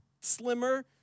slimmer